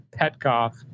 Petkov